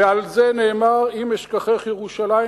ועל זה נאמר: אם אשכחך ירושלים,